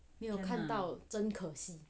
没看到真可惜